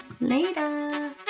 Later